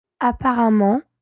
Apparemment